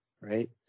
right